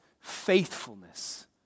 faithfulness